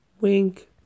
wink